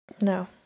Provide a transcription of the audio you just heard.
No